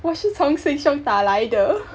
我是从 Sheng-Siong 打来的